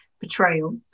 betrayal